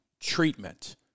treatment